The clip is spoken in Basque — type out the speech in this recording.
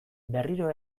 berriro